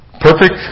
Perfect